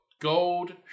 gold